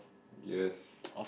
yes